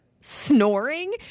snoring